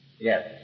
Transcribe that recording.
Yes